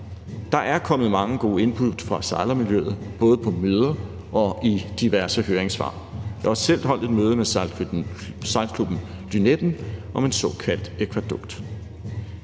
Der er kommet mange gode input fra sejlermiljøet både på møder og i diverse høringssvar. Jeg har også selv holdt et møde med Sejlklubben Lynetten om en såkaldt akvædukt.